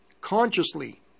consciously